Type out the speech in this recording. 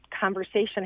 conversation